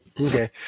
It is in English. Okay